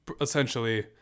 essentially